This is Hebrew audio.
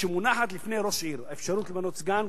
כשמונחת בפני ראש עיר האפשרות למנות סגן,